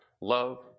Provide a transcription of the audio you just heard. Love